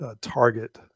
target